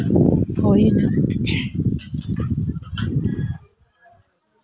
ᱦᱩᱭᱮᱱᱟ